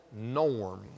norm